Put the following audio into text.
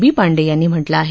बी पांडे यांनी म्हटलं आहे